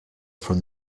from